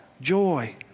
joy